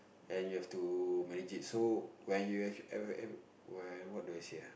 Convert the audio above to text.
and you have to manage it so when you actually when what do I say ah